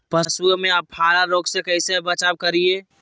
पशुओं में अफारा रोग से कैसे बचाव करिये?